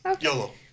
Yellow